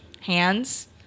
hands